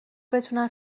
بتونن